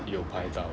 有拍照